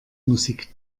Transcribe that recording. musik